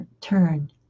turn